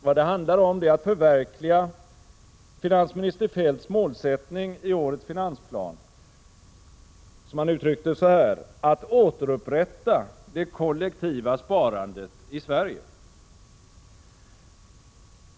Vad det handlar om är att förverkliga finansminister Feldts målsättning i årets finansplan ”att återupprätta det kollektiva sparandet i Sverige”.